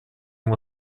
ему